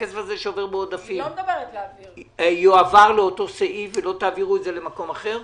הכסף הזה שעובר בעודפים יועבר לאותו סעיף ולא תעבירו את זה למקום אחר?